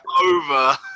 over